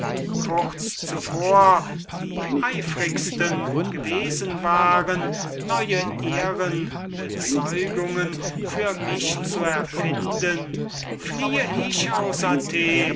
kurz zuvor die eifrigsten gewesen waren neue ehrenbezeugungen für mich zu erfinden fliehe ich aus